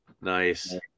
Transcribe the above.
Nice